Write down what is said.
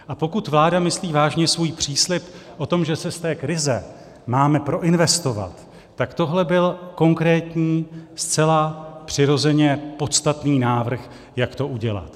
A pokud vláda myslí vážně svůj příslib o tom, že se z krize máme proinvestovat, tak tohle byl konkrétní, zcela přirozeně podstatný návrh, jak to udělat.